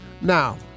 Now